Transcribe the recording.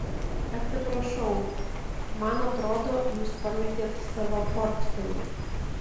atsiprašau man atrodo jūs pametėt savo portfelį